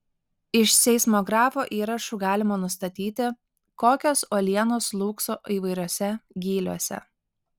iš seismografo įrašų galima nustatyti kokios uolienos slūgso įvairiuose gyliuose